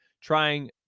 trying